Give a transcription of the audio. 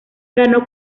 ganó